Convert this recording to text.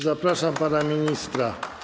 Zapraszam pana ministra.